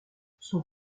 son